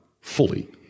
fully